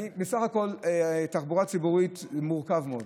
בסך הכול, תחבורה ציבורית זה מורכב מאוד.